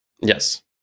yes